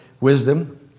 wisdom